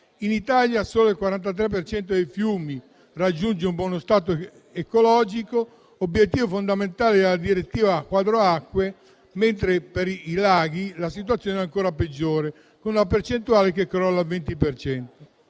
in Italia solo il 43 per cento dei fiumi raggiunge un buono stato ecologico, obiettivo fondamentale della direttiva quadro acque, mentre per i laghi la situazione è ancora peggiore, con una percentuale che crolla al 20